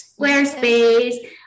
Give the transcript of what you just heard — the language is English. Squarespace